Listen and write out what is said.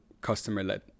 customer-led